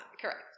Correct